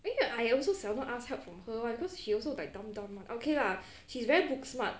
eh I also seldom ask help from her [one] cause she also like dumb dumb [one] okay lah she's very book smart